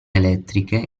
elettriche